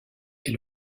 est